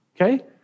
Okay